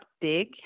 big